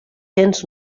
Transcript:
gens